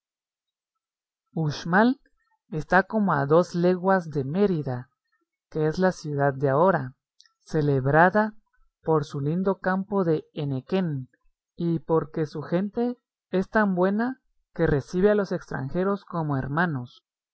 uxmal está como a dos leguas de mérida que es la ciudad de ahora celebrada por su lindo campo de henequén y porque su gente es tan buena que recibe a los extranjeros como hermanos